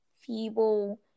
feeble